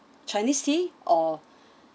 chinese tea or